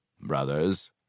Brothers